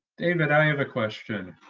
david, i have a question.